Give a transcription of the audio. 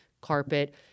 carpet